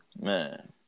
Man